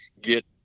get